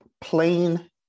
plain